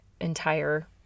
entire